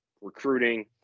recruiting